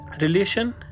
relation